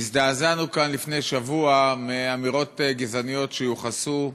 הזדעזענו כאן לפני שבוע מאמירות גזעניות שיוחסו,